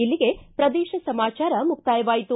ಇಲ್ಲಿಗೆ ಪ್ರದೇಶ ಸಮಾಚಾರ ಮುಕ್ತಾಯವಾಯಿತು